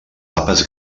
àpats